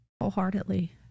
wholeheartedly